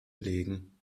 legen